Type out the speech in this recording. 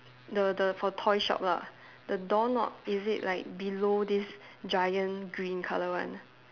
the the for toy shop lah the door knob is it like below this giant green colour one